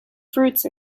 fruits